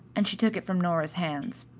and she took it from nora's hands.